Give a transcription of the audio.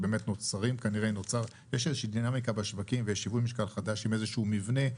שיש איזה דינמיקה בשווקים ושיווי משקל חדש עם איזשהו מבנה,